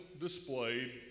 displayed